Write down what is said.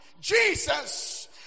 Jesus